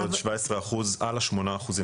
זה עוד 17% על ה-8%.